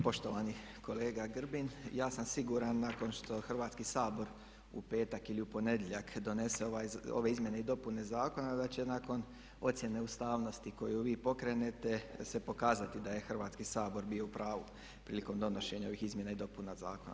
Poštovani kolega Grbin, ja sam siguran nakon što Hrvatski sabor u petak ili u ponedjeljak donese ove izmjene i dopune zakona da će nakon ocjene ustavnosti koju vi pokrenete se pokazati da je Hrvatski sabor bio o u pravu prilikom donošenja ovih izmjena i dopuna zakona.